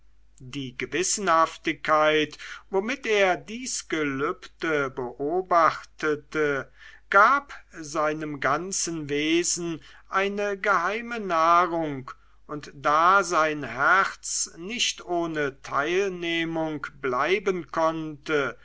die gewissenhaftigkeit womit er dies gelübde beobachtete gab seinem ganzen wesen eine geheime nahrung und da sein herz nicht ohne teilnehmung bleiben konnte